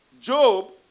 Job